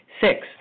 Six